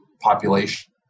population